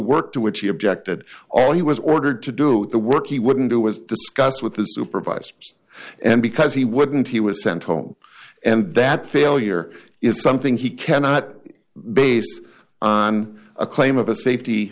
work to which he objected all he was ordered to do the work he wouldn't do was discuss with the supervisors and because he wouldn't he was sent home and that failure is something he cannot base on a claim of a safety